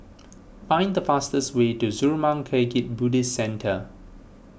find the fastest way to Zurmang Kagyud Buddhist Centre